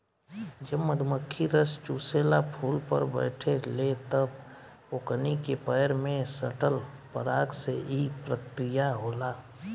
जब मधुमखी रस चुसेला फुल पर बैठे ले तब ओकनी के पैर में सटल पराग से ई प्रक्रिया होला